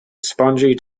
spongy